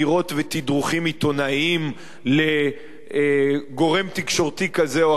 ותדרוכים עיתונאיים לגורם תקשורתי כזה או אחר.